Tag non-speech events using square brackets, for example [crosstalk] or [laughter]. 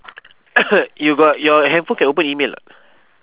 [coughs] you got your handphone can open email or not